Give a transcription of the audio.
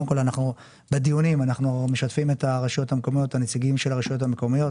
קודם כל בדיונים אנחנו משתפים את הנציגים של הרשויות המקומיות.